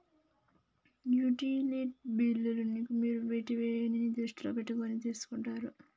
Utility బిల్లులను మీరు వేటిని దృష్టిలో పెట్టుకొని తీసుకుంటారు?